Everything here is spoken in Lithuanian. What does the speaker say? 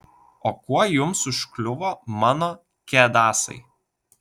o kuo jums užkliuvo mano kedasai